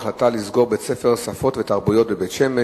שמספרה 2154: ההחלטה לסגור את בית-הספר "שפות ותרבויות" בבית-שמש,